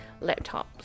laptops